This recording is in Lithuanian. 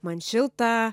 man šilta